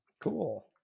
Cool